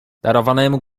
darowanemu